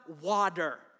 water